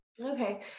Okay